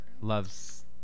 loves